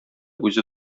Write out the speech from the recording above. үзе